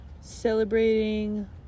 celebrating